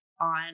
on